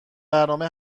برنامه